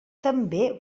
també